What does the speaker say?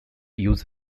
use